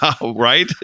right